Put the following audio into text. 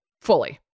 fully